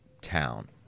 town